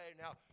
Now